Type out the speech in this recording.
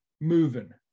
moving